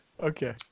Okay